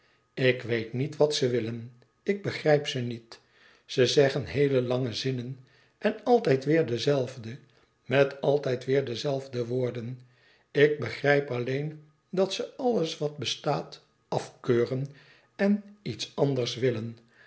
ik weet niet wat ze willen ik begrijp ze niet ze zeggen heele lange zinnen en altijd weêr de zelfde met altijd weêr e de zelfde woorden ik begrijp alleen dat ze alles wat bestaat afkeuren en iets anders willen